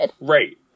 Right